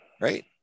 right